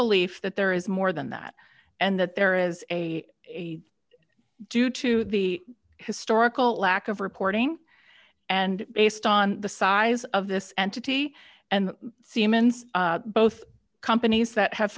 belief that there is more than that and that there is a due to the historical lack of reporting and based on the size of this entity and siemens both companies that have